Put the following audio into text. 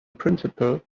principle